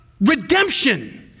redemption